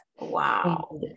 Wow